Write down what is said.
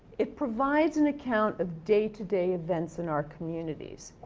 it provides an account of day-to-day events in our communities.